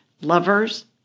lovers